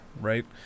right